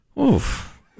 Oof